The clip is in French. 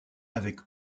avec